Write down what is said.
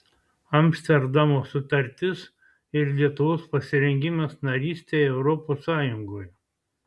amsterdamo sutartis ir lietuvos pasirengimas narystei europos sąjungoje